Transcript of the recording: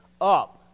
up